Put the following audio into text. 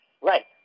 Right